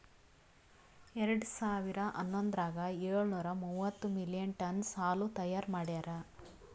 ಎರಡು ಸಾವಿರಾ ಹನ್ನೊಂದರಾಗ ಏಳು ನೂರಾ ಮೂವತ್ತು ಮಿಲಿಯನ್ ಟನ್ನ್ಸ್ ಹಾಲು ತೈಯಾರ್ ಮಾಡ್ಯಾರ್